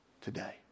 today